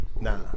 Nah